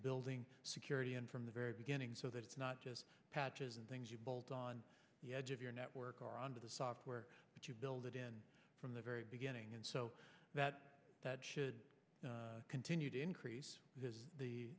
building security in from the very beginning so that it's not just patches and things you build on the edge of your network or under the software that you build it in from the very beginning and so that should continue to increase